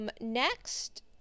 Next